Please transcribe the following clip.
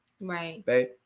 Right